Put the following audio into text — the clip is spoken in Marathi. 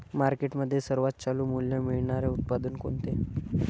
मार्केटमध्ये सर्वात चालू मूल्य मिळणारे उत्पादन कोणते?